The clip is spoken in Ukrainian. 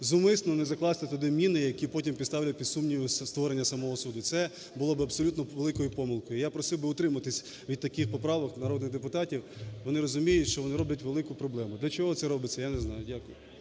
зумисне не закласти туди міни, які потім поставлять під сумнів створення самого суду. Це було б абсолютно великою помилкою. Я просив би утриматися від таких поправок народних депутатів, вони розуміють, що вони роблять велику проблему. До чого це робиться, я не знаю. Дякую.